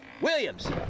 Williams